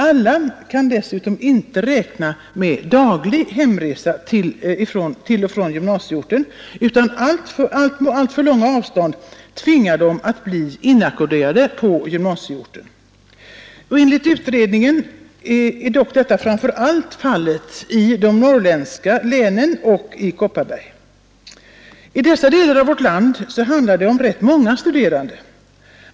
Alla kan dessutom inte räkna med dagliga hemresor från gymnasieorten, utan alltför långa avstånd tvingar dem att vara inackorderade på gymnasieorten. Enligt utredningen är dock detta framför allt fallet i Norrlandslänen och Kopparbergs län. I dessa delar av vårt land handlar det om rätt många studerande.